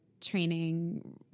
training